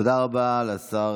תודה רבה לשר